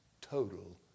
total